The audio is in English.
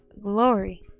glory